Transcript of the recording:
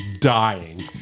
dying